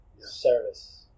service